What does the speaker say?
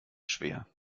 schwer